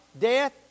Death